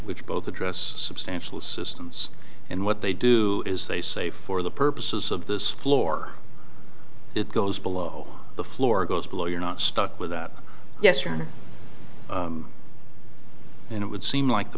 which both address substantial systems and what they do is they say for the purposes of this floor it goes below the floor goes below you're not stuck with that yes or no and it would seem like the